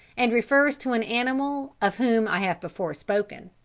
and refers to an animal of whom i have before spoken.